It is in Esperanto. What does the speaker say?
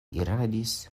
iradis